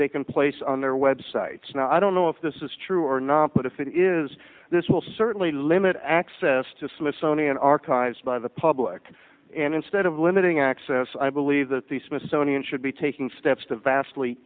they can place on their websites and i don't know if this is true or not but if it is this will certainly limit access to smithsonian archives by the public and instead of limiting access i believe that the smithsonian should be taking steps to vastly